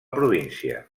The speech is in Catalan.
província